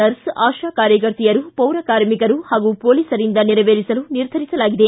nurse ASHA ಕಾರ್ಯಕರ್ತೆಯರು ಪೌರ ಕಾರ್ಮಿಕರು ಹಾಗೂ ಪೊಲೀಸ್ರಿಂದ ನೆರವೇರಿಸಲು ನಿರ್ಧರಿಸಲಾಗಿದೆ